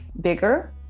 bigger